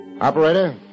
Operator